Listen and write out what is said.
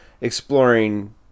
exploring